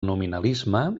nominalisme